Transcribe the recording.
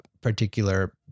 particular